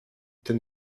ten